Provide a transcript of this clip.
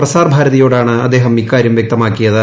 പ്രസാർഭാരതിയോടാണ് അദ്ദേഹം ഇക്കാര്യം വൃക്തമാക്കിയത്